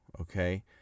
okay